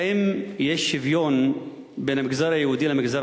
האם יש שוויון בין המגזר היהודי למגזר